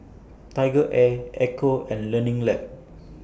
Tiger Air Ecco and Learning Lab